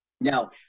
Now